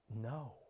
No